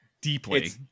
Deeply